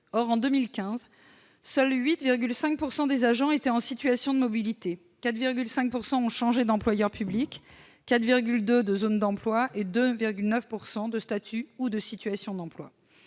Or, en 2015, seuls 8,5 % des agents se trouvaient en situation de mobilité : 4,5 % ont changé d'employeur public ; 4,2 % de zone d'emploi et 2,9 % de statut ou de situation d'emploi.